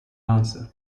answer